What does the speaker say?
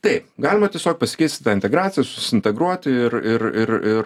taip galima tiesiog pasikeisti tą integraciją susintegruoti ir ir ir ir